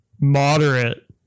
moderate